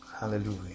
Hallelujah